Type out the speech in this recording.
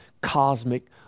cosmic